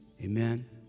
amen